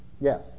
Yes